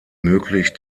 möglich